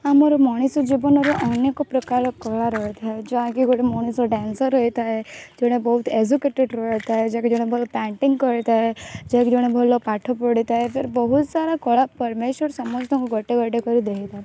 ଆମର ମଣିଷ ଜୀବନରେ ଅନେକ ପ୍ରକାର କଳା ରହିଥାଏ ଯାହାକି ଗୋଟେ ମଣିଷ ଡ୍ୟାନ୍ସର ହୋଇଥାଏ ଜଣେ ବହୁତ ଏଜୁକେଟେଡ଼୍ ରହିଥାଏ ଯାହା କି ଜଣେ ଭଲ ପେଣ୍ଟିଂ କରିଥାଏ ଯାହା କି ଜଣେ ଭଲ ପାଠ ପଢ଼ିଥାଏ ବହୁ ସାରା କଳା ପରମେଶ୍ୱର ସମସ୍ତଙ୍କୁ ଗୋଟେ ଗୋଟେ କରି ଦେଇ